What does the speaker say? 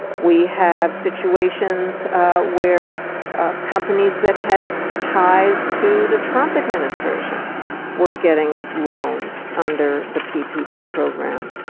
we have situations ah where ah companies that have ties to the trump administration were getting loans under the ppp program.